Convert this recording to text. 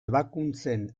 ebakuntzen